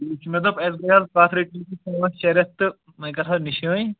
مےٚ دوٚپ اَسہِ پانٛژھ شےٚ رٮ۪تھ تہٕ وۄنۍ کَرٕہو نِشٲنۍ